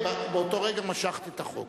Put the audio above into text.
באותו רגע משכת את החוק.